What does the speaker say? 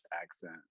accent